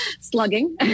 slugging